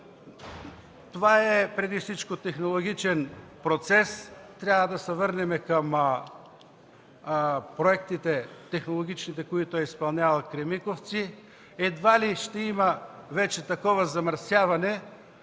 Това е преди всичко технологичен процес. Трябва да се върнем към технологичните проекти, които е изпълнявал „Кремиковци”. Едва ли ще има вече такова замърсяване,